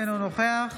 אינו נוכח